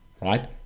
Right